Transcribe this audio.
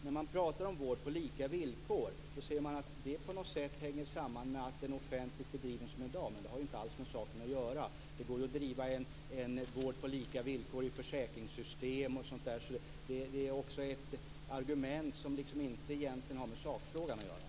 När man talar om vård på lika villkor säger man att det på något sätt hänger samman med att den är offentligt bedriven, som i dag. Men det har ju inte alls med saken att göra. Det går ju att driva vård på lika villkor i försäkringssystem, så det är ett argument som egentligen inte har med sakfrågan att göra.